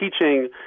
teaching